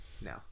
no